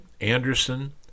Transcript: Anderson